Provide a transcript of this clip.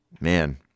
man